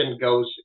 goes